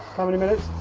how many minutes?